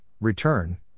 return